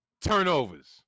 turnovers